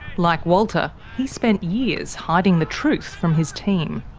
like walter, he spent years hiding the truth from his team.